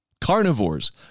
carnivores